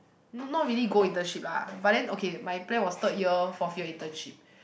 no not really go internship lah but then okay my plan was third year fourth year internship